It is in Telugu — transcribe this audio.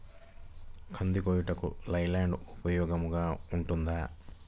కంది కోయుటకు లై ల్యాండ్ ఉపయోగముగా ఉంటుందా?